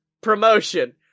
promotion